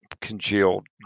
Congealed